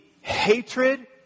hatred